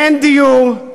אין דיור,